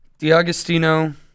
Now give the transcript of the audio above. DiAgostino